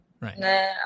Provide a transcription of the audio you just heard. Right